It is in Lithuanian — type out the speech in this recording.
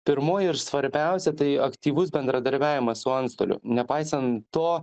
pirmoji ir svarbiausia tai aktyvus bendradarbiavimas su antstoliu nepaisant to